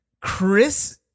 Chris